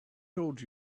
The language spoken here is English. told